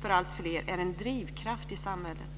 för alltfler är en drivkraft i samhället.